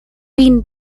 been